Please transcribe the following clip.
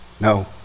no